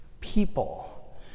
People